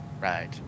Right